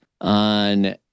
on